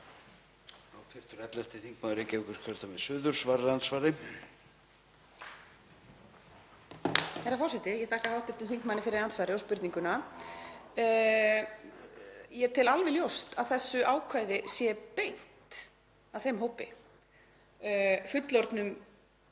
Ég þakka hv. þingmanni fyrir andsvarið og spurninguna. Ég tel alveg ljóst að þessu ákvæði sé beint að þeim hópi, fullorðnum